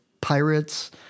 pirates